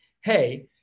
hey